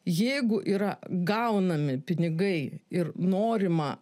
jeigu yra gaunami pinigai ir norima